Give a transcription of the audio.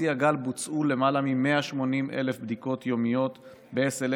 בשיא הגל בוצעו למעלה מ-180,000 בדיקות יומיות ב-SLA